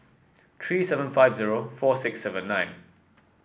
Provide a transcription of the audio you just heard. three seven five zero four six seven nine